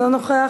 אינו נוכח,